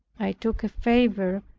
i took a fever,